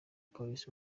paris